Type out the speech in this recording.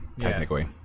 technically